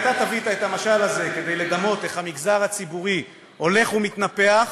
אתה טווית את המשל הזה כדי לדמות איך המגזר הציבורי הולך ומתנפח